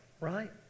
right